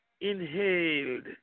inhaled